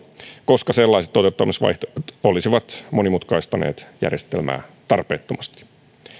koska sellaiset toteuttamisvaihtoehdot olisivat monimutkaistaneet järjestelmää tarpeettomasti